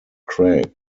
craig